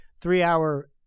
three-hour